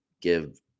give